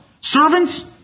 servants